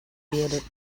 bearded